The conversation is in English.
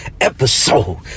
episode